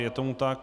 Je tomu tak.